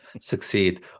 succeed